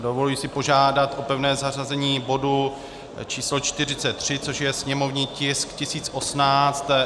Dovoluji si požádat o pevné zařazení bodu č. 43, což je sněmovní tisk 1018.